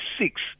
six